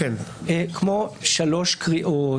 כמו שלוש קריאות,